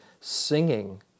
singing